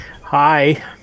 Hi